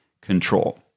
control